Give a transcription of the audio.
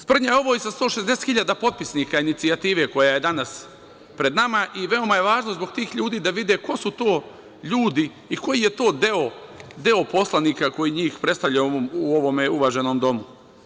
Sprdnja je ovo i sa 160.000 potpisnika inicijative koja je danas pred nama i veoma je važno zbog tih ljudi da vide ko su to ljudi i koji je to deo poslanika koji njih predstavlja u ovom uvaženom Domu.